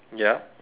ya